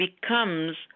becomes